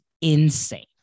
insane